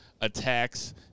attacks